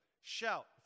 Shout